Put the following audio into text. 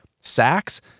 Sacks